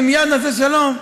ומייד נעשה שלום,